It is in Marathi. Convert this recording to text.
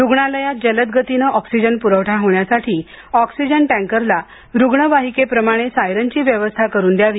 रुग्णालयात जलदगतीने ऑक्सिजन पुरवठा होण्यासाठी ऑक्सिजन टँकरला रुग्णवाहिके प्रमाणे सायरनची व्यवस्था करुन घ्यावी